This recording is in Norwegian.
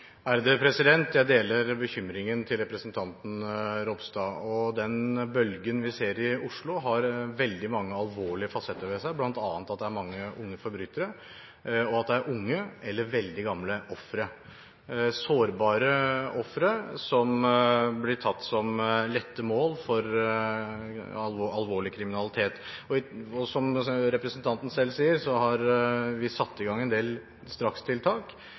Jeg deler bekymringen til representanten Ropstad. Den bølgen vi ser i Oslo, har veldig mange alvorlige fasetter ved seg, bl.a. at det er mange unge forbrytere, og at det er unge eller veldig gamle ofre – sårbare ofre som blir sett på som lett mål for alvorlig kriminalitet. Som representanten selv sier, har vi satt i gang en del strakstiltak